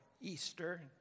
Easter